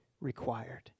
required